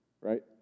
right